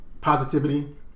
Positivity